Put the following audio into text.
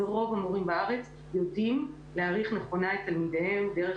ורוב המורים בארץ יודעים להעריך נכונה את תלמידיהם דרך